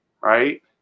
right